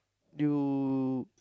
do